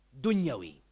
dunyawi